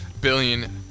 billion